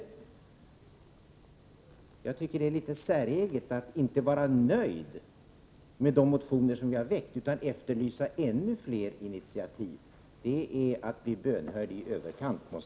Det är enligt min mening litet säreget att från regeringspartiets sida inte vara nöjd med de motioner som vi har väckt, utan efterlysa ännu fler initiativ. Det är, måste jag säga, att bli bönhörd i överkant.